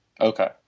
Okay